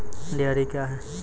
Dairy क्या हैं?